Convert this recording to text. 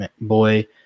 boy